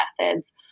methods